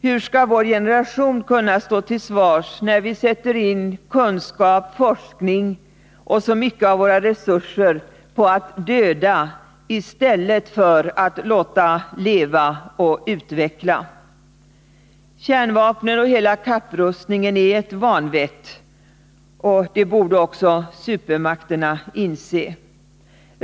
Hur skall vår generation kunna stå till svars, när vi sätter in kunskap, forskning och så stora resurser i Övrigt på att döda i stället för att låta leva och utveckla? Kärnvapnen och hela kapprustningen är ett vanvett. Det borde också supermakterna inse.